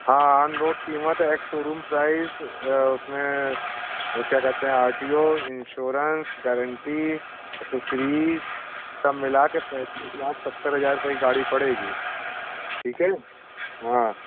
हाँ on road कीमत ex showroom price उसमें क्या कहते हैं R T O insurance guarantee accessories सब मिला के पैंतीस लाख सत्तर हज़ार रूपए की गाड़ी पड़ेगी ठीक है हाँ